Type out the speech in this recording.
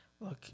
Look